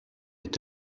est